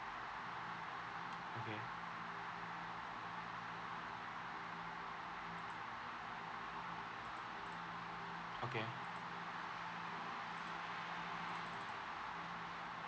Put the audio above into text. okay okay